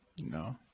no